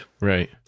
Right